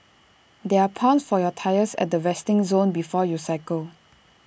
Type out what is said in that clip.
there are pumps for your tyres at the resting zone before you cycle